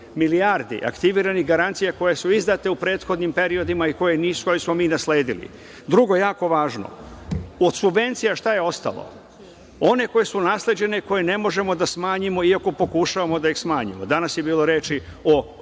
milijardi aktiviranih garancija koje su izdate u prethodnim periodima i koje smo mi nasledili. Drugo, jako važno, od subvencija šta je ostalo? One koje su nasleđene, koje ne možemo da smanjimo, iako pokušavamo da ih smanjimo. Danas je bilo reči o subvencijama